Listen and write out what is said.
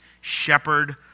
shepherd